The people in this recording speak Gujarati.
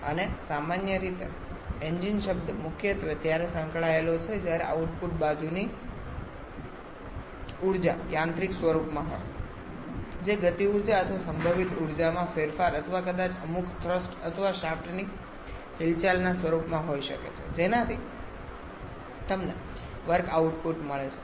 અને સામાન્ય રીતે એન્જીન શબ્દ મુખ્યત્વે ત્યારે સંકળાયેલો છે જ્યારે આઉટપુટ બાજુની ઉર્જા યાંત્રિક સ્વરૂપમાં હોય જે ગતિ ઊર્જા અથવા સંભવિત ઉર્જામાં ફેરફાર અથવા કદાચ અમુક થ્રસ્ટ અથવા શાફ્ટની હિલચાલના સ્વરૂપમાં હોઈ શકે છે જેનાથી તમને વર્ક આઉટપુટ મળે છે